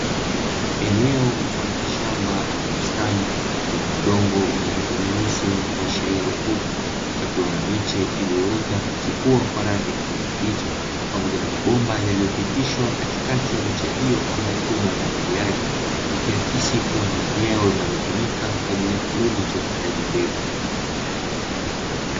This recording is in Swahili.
Enwo la shamba mfano wa bustani lenye udongo mweusi wenye kuashiria rutuba, pakiwa na miche iliyoota na kuchipua kwa rangi ya kijani kibichi, pamoja na mabomba yaliyopitishwa katikati ya miche hiyo kama mfumo wa umwagiliaji, ikiakisi kuwa ni eneo linalotumika kwa ajili ya kilimo cha upandaji mbegu.